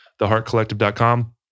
theheartcollective.com